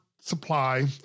supply